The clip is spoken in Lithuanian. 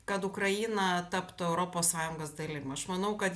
kad ukraina taptų europos sąjungos dalim aš manau kad